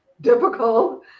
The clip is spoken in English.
difficult